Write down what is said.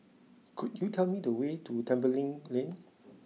could you tell me the way to Tembeling Lane